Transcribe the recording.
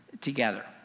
together